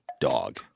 dog